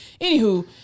Anywho